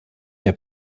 der